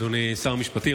אדוני שר המשפטים,